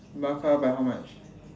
Barca by how much